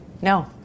No